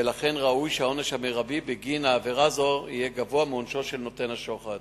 ולכן ראוי שהעונש המרבי בגין עבירה זו יהיה גבוה מעונשו של נותן השוחד.